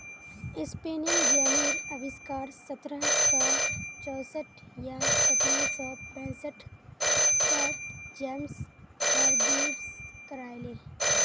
spinning जेनीर अविष्कार सत्रह सौ चौसठ या सत्रह सौ पैंसठ त जेम्स हारग्रीव्स करायले